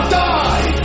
die